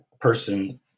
person